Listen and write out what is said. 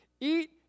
Eat